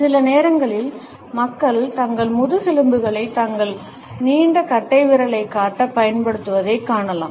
சில நேரங்களில் மக்கள் தங்கள் முதுகெலும்புகளை தங்கள் நீண்ட கட்டைவிரலைக் காட்ட பயன்படுத்துவதைக் காணலாம்